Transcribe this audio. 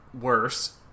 worse